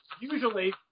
usually –